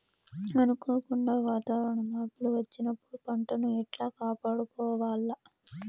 అనుకోకుండా వాతావరణ మార్పులు వచ్చినప్పుడు పంటను ఎట్లా కాపాడుకోవాల్ల?